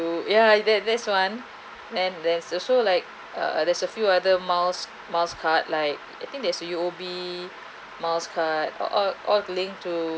ya that's that's one and there's also like uh there's a few other miles miles card like I think there's a U_O_B miles card all all linked to